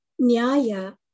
Nyaya